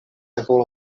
ankaŭ